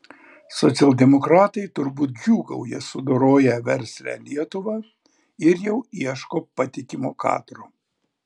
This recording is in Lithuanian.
socialdemokratai turbūt džiūgauja sudoroję verslią lietuvą ir jau ieško patikimo kadro